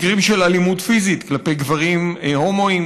מקרים של אלימות פיזית כלפי גברים הומואים,